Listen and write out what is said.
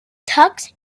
tux